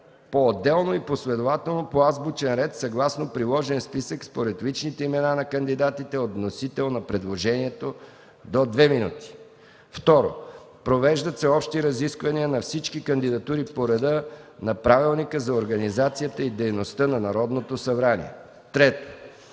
поотделно и последователно по азбучен ред съгласно приложен списък според личните имена на кандидатите от вносителя на предложението – до две минути. 2. Провеждат се общи разисквания на всички кандидатури по реда на Правилника за организацията и дейността на Народното събрание. 3.